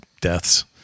deaths